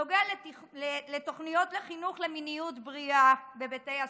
נוגע לתוכניות לחינוך למיניות בריאה בבתי הספר.